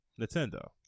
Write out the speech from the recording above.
Nintendo